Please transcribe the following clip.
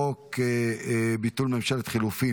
13 בעד, אין מתנגדים.